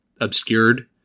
obscured